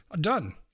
done